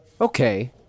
Okay